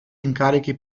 incarichi